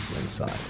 inside